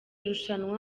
rushanwa